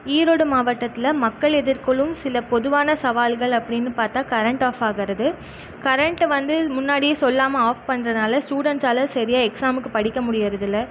ஈரோடு மாவட்டத்தில் மக்கள் எதிர் கொள்ளும் சில பொதுவான சவால்கள் அப்படின் பார்த்தா கரண்ட் ஆஃப் ஆகறது கரண்ட்டை வந்து முன்னாடியே சொல்லாமல் ஆஃப் பண்ணுறனால ஸ்டுடென்ட்ஸ்சால செரியாக எக்ஸாமுக்கு படிக்க முடியிறது இல்லை